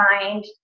find